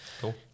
cool